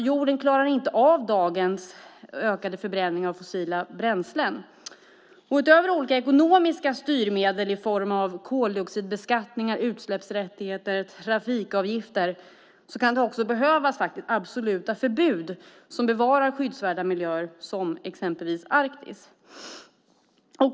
Jorden klarar inte av dagens ökade förbränning av fossila bränslen. Utöver olika ekonomiska styrmedel i form av koldioxidbeskattning, utsläppsrätter och trafikavgifter kan det också behövas absoluta förbud som bevarar skyddsvärda miljöer som exempelvis Arktis.